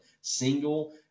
single